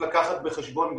לקחת בחשבון.